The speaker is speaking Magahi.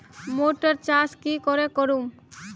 मोटर चास की करे करूम?